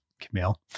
Camille